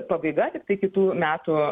pabaiga tiktai kitų metų